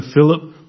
Philip